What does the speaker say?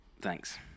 Thanks